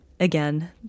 Again